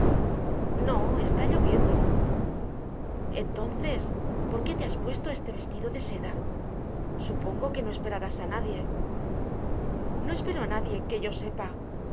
no está lloviendo entonces por qué te has puesto este vestido de seda supongo que no esperarás a nadie no espero a nadie que yo sepa